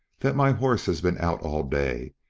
that my horse has been out all day,